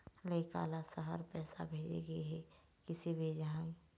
लइका ला शहर पैसा भेजें के हे, किसे भेजाही